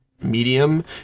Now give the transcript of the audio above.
medium